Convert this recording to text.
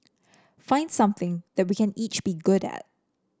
find something that we can each be good at